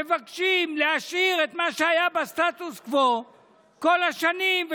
מבקשים להשאיר את מה שהיה בסטטוס קוו כל השנים.